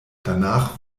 danach